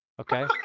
Okay